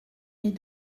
est